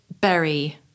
berry